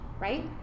right